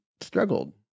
struggled